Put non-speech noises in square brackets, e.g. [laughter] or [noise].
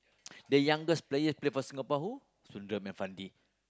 [noise] the youngest player play for Singapore who Sundram Irfandi